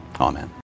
Amen